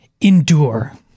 endure